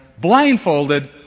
blindfolded